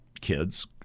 kids